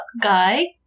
guy